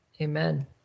Amen